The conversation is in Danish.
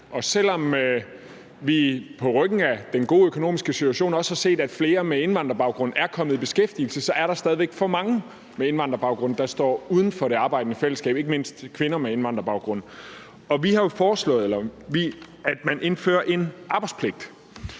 Og selv om vi på ryggen af den gode økonomiske situation også har set, at flere med indvandrerbaggrund er kommet i beskæftigelse, er der stadig væk for mange med indvandrerbaggrund, der står uden for det arbejdende fællesskab, ikke mindst kvinder med indvandrerbaggrund. Vi har jo foreslået, at man indfører en arbejdspligt.